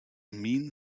mean